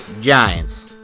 giants